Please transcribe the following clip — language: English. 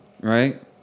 right